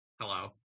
Hello